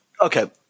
okay